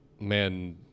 man –